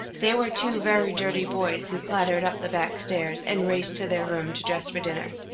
they were two very dirty boys who clattered up the back stairs, and raced to their room to dress for dinner.